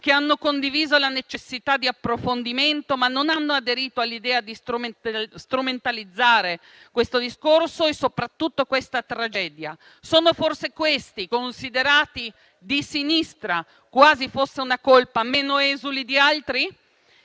che hanno condiviso la necessità di un approfondimento, ma non hanno aderito all'idea di strumentalizzare questo discorso e soprattutto questa tragedia. Sono forse questi, considerati di sinistra (quasi fosse una colpa), meno esuli di altri?